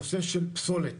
הנושא של פסולת,